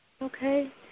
Okay